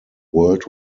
world